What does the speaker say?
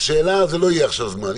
לשאלה לא יהיה עכשיו זמן.